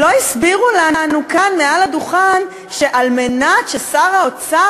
לא הסבירו לנו כאן מעל לדוכן שעל מנת ששר האוצר